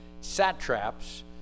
satraps